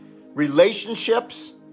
relationships